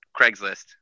Craigslist